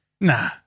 nah